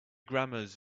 grammars